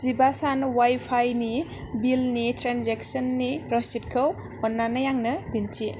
जिबा सान अवाइफाइनि बिलनि ट्रेन्जेकसननि रसिदखौ अन्नानै आंनो दिन्थि